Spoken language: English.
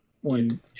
one